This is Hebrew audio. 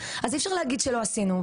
אז אי אפשר להגיד שלא עשינו,